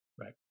Right